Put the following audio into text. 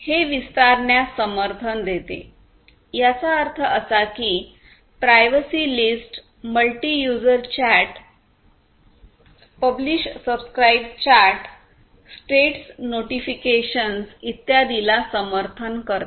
हे विस्तारण्यास समर्थन देते याचा अर्थ असा की privacy list multi user chat publish subscribe chat publish subscribe chat status notifications इत्यादी ला समर्थन करते